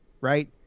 right